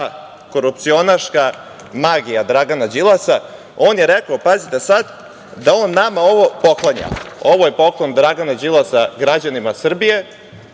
korupcionaška magija Dragana Đilasa, on je rekao, pazite sada, da on nama ovo poklanja. Ovo je poklon Dragana Đilasa građanima Srbije,